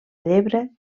llebre